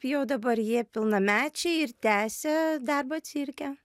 jau dabar jie pilnamečiai ir tęsia darbą cirke